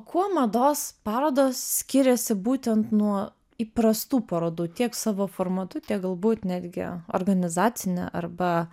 kuo mados parodos skiriasi būtent nuo įprastų parodų tiek savo formatu tiek galbūt netgi organizacine arba